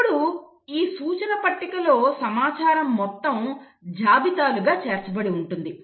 ఇప్పుడు ఈ సూచన పట్టికలో సమాచారం మొత్తం జాబితాలు గా చేర్చబడి ఉంటుంది